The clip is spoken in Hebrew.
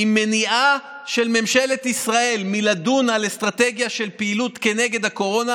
היא מניעה של ממשלת ישראל מלדון על אסטרטגיה של פעילות נגד הקורונה.